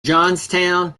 johnstown